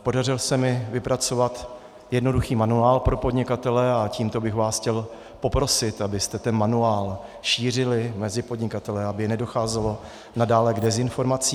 Podařilo se mi vypracovat jednoduchý manuál pro podnikatele a tímto bych vás chtěl poprosit, abyste ten manuál šířili mezi podnikatele, aby nedocházelo nadále k dezinformacím.